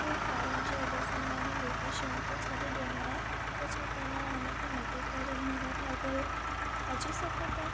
कोई कारण जे वजह सां मां हुन लोकेशन खे छॾे ॾिनो आहे त छा तव्हां हुनखे मटे करे मोरा भागल अची सघो था